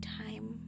time